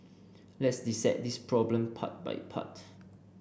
let's dissect this problem part by part